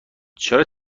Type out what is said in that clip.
چرا